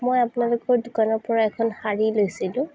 মই আপোনালোকৰ দোকানৰ পৰা এখন শাড়ী লৈছিলোঁ